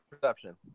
perception